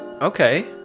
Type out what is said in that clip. Okay